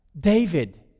David